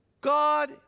God